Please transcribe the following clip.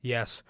Yes